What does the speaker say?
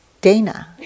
Dana